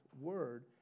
word